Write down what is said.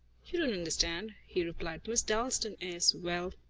you don't understand, he replied. miss dalstan is well,